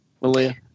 Malia